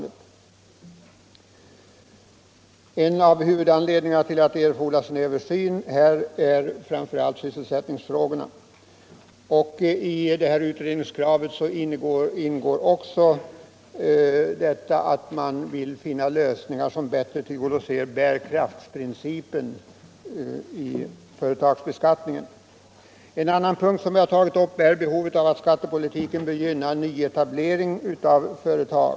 En av huvudanledningarna till att en översyn erfordras är sysselsätt ningsfrågorna. Men i utredningskravet ingår också att man vill få fram lösningar som bättre tillgodoser bärkraftsprincipen vid företagsbeskattningen. En annan fråga som vi har pekat på är att skattepolitiken bör gynna nyetableringarna av företag.